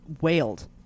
wailed